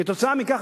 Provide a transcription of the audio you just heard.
כתוצאה מכך,